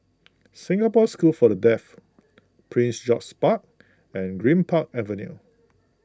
Singapore School for the Deaf Prince George's Park and Greenpark Avenue